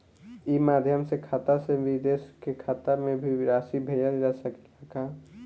ई माध्यम से खाता से विदेश के खाता में भी राशि भेजल जा सकेला का?